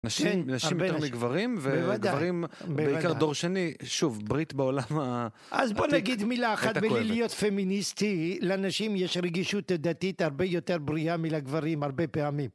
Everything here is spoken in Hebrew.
נשים יותר מגברים, וגברים בעיקר דור שני, שוב, ברית בעולם העתיק הייתה כואבת. אז בוא נגיד מילה אחת, בלי להיות פמיניסטי, לנשים יש רגישות דתית הרבה יותר בריאה מלגברים, הרבה פעמים.